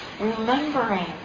remembering